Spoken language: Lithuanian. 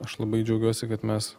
aš labai džiaugiuosi kad mes